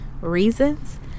reasons